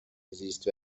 زیست